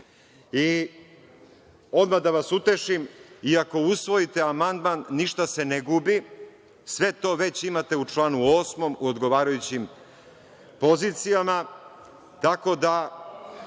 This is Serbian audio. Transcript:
drugo. Odmah da vas utešim, i ako usvojite amandman, ništa se ne gubi. Sve to već imate u članu 8. u odgovarajućim pozicijama, tako da